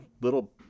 little